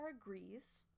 agrees